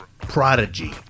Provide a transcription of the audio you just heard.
Prodigy